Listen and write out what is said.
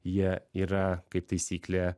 jie yra kaip taisyklė